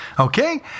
Okay